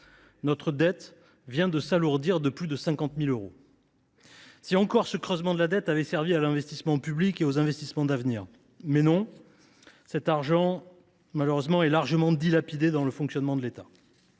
notre dette vient de s’alourdir de plus de 50 000 euros. Si encore ce creusement de la dette avait servi à l’investissement public et aux investissements d’avenir… Mais non ! Cet argent, malheureusement, est pour une grande part dilapidé dans le fonctionnement de l’État.